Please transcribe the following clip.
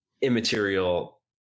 immaterial